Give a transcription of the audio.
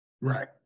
Right